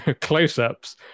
close-ups